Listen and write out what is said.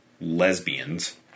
lesbians